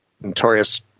notorious